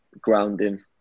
grounding